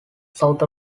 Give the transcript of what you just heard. south